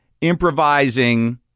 improvising